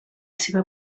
seva